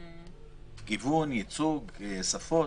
גיוון, ייצוג, שפות.